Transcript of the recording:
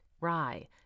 rye